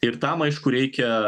ir tam aišku reikia